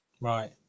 Right